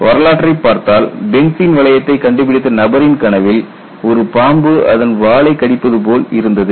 வரலாற்றைப் பார்த்தால் பென்சீன் வளையத்தை கண்டுபிடித்த நபரின் கனவில் ஒரு பாம்பு அதன் வாலை கடிப்பது போல் இருந்தது